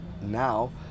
now